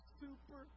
super